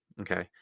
Okay